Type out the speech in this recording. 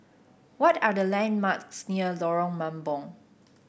what are the landmarks near Lorong Mambong